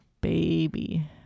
baby